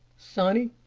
sonny,